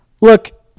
look